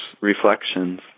reflections